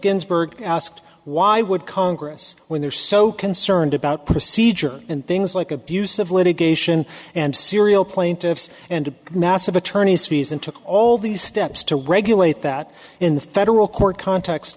ginsburg asked why would congress when they're so concerned about procedure and things like abusive litigation and serial plaintiffs and massive attorneys fees and took all these steps to regulate that in the federal court cont